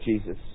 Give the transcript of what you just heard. Jesus